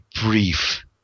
brief